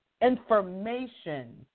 information